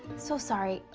so sorry.